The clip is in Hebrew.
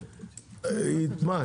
מה,